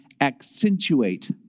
accentuate